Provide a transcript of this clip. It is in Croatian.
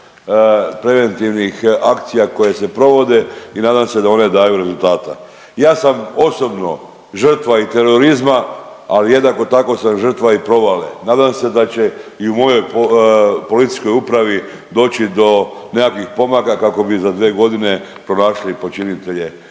preventivnih akcija koje se provode i nadam se da one daju rezultata. Ja sam osobno žrtva i terorizma, ali jednako tako sam žrtva i provale. Nadam se da će i u mojoj policijskoj upravi doći do nekakvih pomaka kako bi za 2 godine pronašli počinitelje